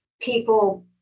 people